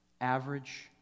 average